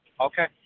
Okay